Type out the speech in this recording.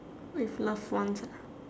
with loved ones ah